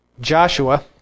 Joshua